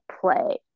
play